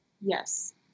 Yes